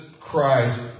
Christ